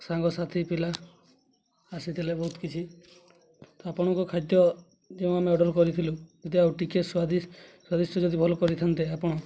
ସାଙ୍ଗସାଥି ପିଲା ଆସିଥିଲେ ବହୁତ କିଛି ତ ଆପଣଙ୍କ ଖାଦ୍ୟ ଯେଉଁ ଆମେ ଅର୍ଡ଼ର୍ କରିଥିଲୁ ଯଦି ଆଉ ଟିକେ ସ୍ୱାଦିଷ୍ଟ ସ୍ୱାଦିଷ୍ଟ ଯଦି ଭଲ କରିଥାନ୍ତେ ଆପଣ